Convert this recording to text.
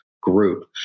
group